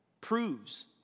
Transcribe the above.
proves